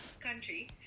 country